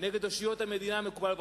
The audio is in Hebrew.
נגד אושיות המדינה, מקובל בברכה.